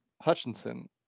Hutchinson